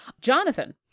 Jonathan